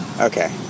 Okay